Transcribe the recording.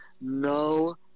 No